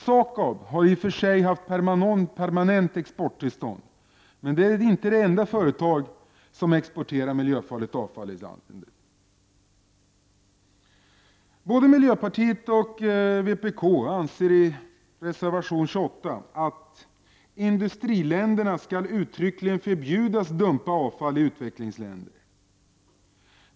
SAKAB har i och för sig haft permanent exporttillstånd, men det är inte det enda företag som exporterar miljöfarligt avfall. Både miljöpartiet och vpk anser i reservation 28 att industriländerna ”skall uttryckligen förbjudas dumpa avfall i utvecklingsländer”.